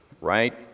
right